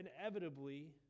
inevitably